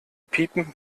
piepen